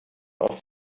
oft